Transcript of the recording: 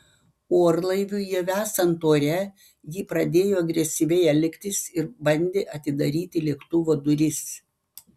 orlaiviui jau esant ore ji pradėjo agresyviai elgtis ir bandė atidaryti lėktuvo duris